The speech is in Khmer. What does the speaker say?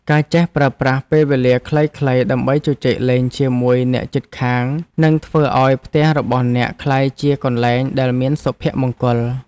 ការចេះប្រើប្រាស់ពេលវេលាខ្លីៗដើម្បីជជែកលេងជាមួយអ្នកជិតខាងនឹងធ្វើឱ្យផ្ទះរបស់អ្នកក្លាយជាកន្លែងដែលមានសុភមង្គល។